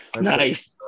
Nice